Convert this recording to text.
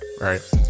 Right